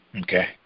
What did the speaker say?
Okay